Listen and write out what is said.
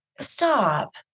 Stop